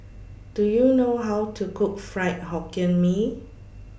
Do YOU know How to Cook Fried Hokkien Mee